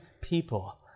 people